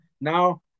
now